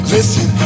Listen